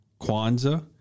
Kwanzaa